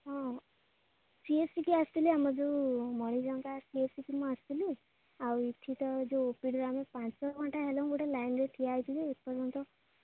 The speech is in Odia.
ହଁ ସି ଏସ୍ ସି କେ ଆସିଥିଲେ ଆମ ଯୋଉ ମଣିଜଙ୍କା ସି ଏସ୍ ସି କେ ମୁଁ ଆସିଥିଲି ଆଉ ଏଇଠି ତ ଯେଉଁ ଓପିଡ଼ିରେ ଆମେ ପାଞ୍ଚ ଘଣ୍ଟା ହେଲଉଁ ମୁଁ ଗୋଟେ ଲାଇନ୍ରେ ଠିଆ ହେଇଛୁ ଯେ ଏପର୍ଯ୍ୟନ୍ତ